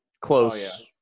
Close